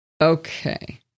Okay